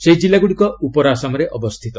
ସେହି ଜିଲ୍ଲାଗୁଡ଼ିକ ଉପର ଆସାମରେ ଅବସ୍ଥିତ